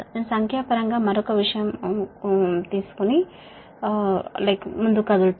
నేను సంఖ్యాపరంగా మరొక దానిని చూద్దాము